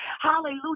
Hallelujah